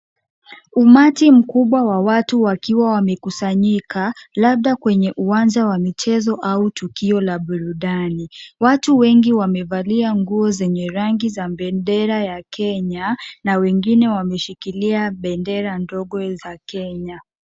Umati mkubwa wa watu wakiwa wamekusanyika labda kwenye uwanja wa michezo au tukio la burudani. Watu wengi wamevalia nguo zenye rangi za bendera ya Kenya na wengine wameshikilia bendera ndogo za Kenya.